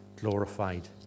glorified